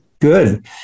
Good